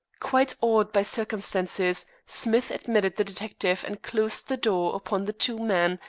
quite awed by circumstances, smith admitted the detective and closed the door upon the two men,